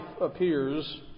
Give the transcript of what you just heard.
appears